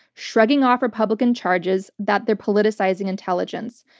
shrugging off republican charges that they're politicizing intelligence.